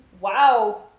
Wow